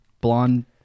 blonde